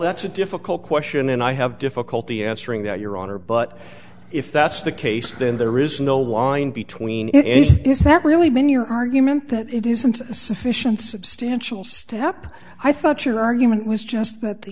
that's a difficult question and i have difficulty answering that your honor but if that's the case then there is no wind between it and is that really been your argument that it isn't sufficient substantial step i thought your argument was just that the